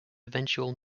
eventual